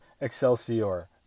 excelsior